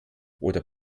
oder